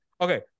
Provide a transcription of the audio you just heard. Okay